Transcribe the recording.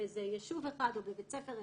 באיזה ישוב אחד או בבית ספר אחד.